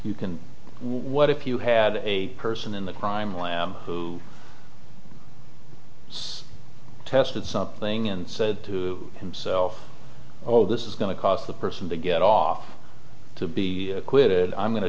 you can what if you had a person in the crime lab so tested something and said to himself oh this is going to cost the person to get off to be acquitted i'm going to